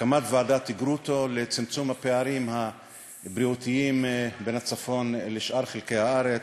הקמת ועדת גרוטו לצמצום הפערים הבריאותיים בין הצפון לשאר חלקי הארץ,